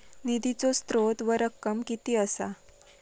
निधीचो स्त्रोत व रक्कम कीती असा?